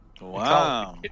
Wow